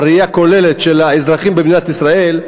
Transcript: בראייה הכוללת של האזרחים במדינת ישראל,